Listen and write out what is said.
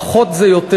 פחות זה יותר.